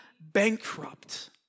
bankrupt